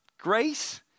grace